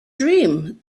dream